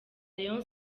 rayon